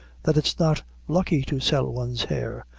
that it's not lucky to sell one's hair,